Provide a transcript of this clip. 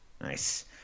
Nice